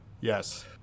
Yes